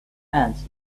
ants